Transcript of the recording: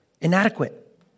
Inadequate